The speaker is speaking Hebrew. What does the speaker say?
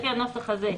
לפי הנוסח הזה,